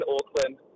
Auckland